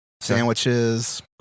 Sandwiches